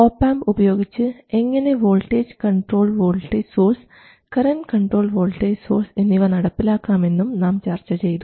op amp ഉപയോഗിച്ച് എങ്ങനെ voltage controlled voltage source current controlled voltage source എന്നിവ നടപ്പിലാക്കാമെന്നും നാം ചർച്ച ചെയ്തു